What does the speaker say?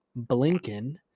Blinken